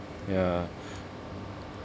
ya